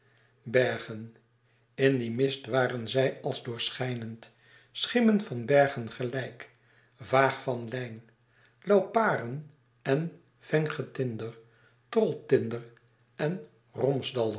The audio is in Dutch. bergen in dien mist waren zij als doorschijnend schimmen van bergen gelijk vaag van lijn lauparen en vengetinder troltinder en